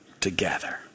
together